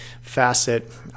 facet